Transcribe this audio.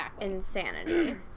insanity